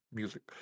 music